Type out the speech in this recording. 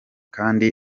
kandi